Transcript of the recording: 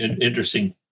interesting